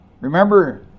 Remember